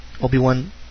Obi-Wan